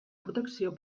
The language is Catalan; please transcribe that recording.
protecció